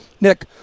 Nick